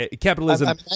Capitalism